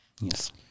Yes